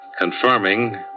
confirming